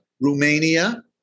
Romania